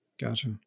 Gotcha